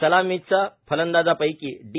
सलामीच्या फलंदाजांपैकी डी